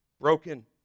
broken